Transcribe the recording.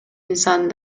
инсан